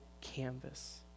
canvas